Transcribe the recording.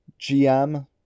GM